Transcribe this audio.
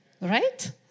Right